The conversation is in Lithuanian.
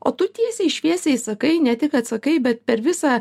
o tu tiesiai šviesiai sakai ne tik kad sakai bet per visą